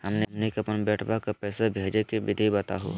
हमनी के अपन बेटवा क पैसवा भेजै के विधि बताहु हो?